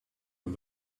een